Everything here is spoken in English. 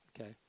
okay